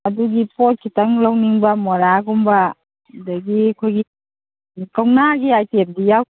ꯑꯗꯨꯒꯤ ꯄꯣꯠ ꯈꯤꯇꯪ ꯂꯧꯅꯤꯡꯕ ꯃꯣꯔꯥꯒꯨꯝꯕ ꯑꯗꯒꯤ ꯑꯩꯈꯣꯏꯒꯤ ꯀꯧꯅꯥꯒꯤ ꯑꯥꯏꯇꯦꯝꯗꯤ ꯌꯥꯎꯗ꯭ꯔꯣ